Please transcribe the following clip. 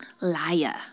Liar